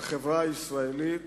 בחברה הישראלית